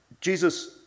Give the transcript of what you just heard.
Jesus